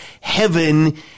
heaven